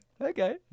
Okay